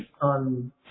on